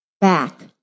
back